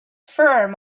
firm